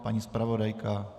Paní zpravodajka?